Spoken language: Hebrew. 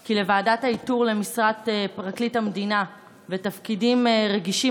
כי לוועדת האיתור למשרת פרקליט המדינה ותפקידים רגישים